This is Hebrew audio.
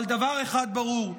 אבל דבר אחד ברור: